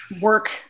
work